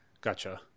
Gotcha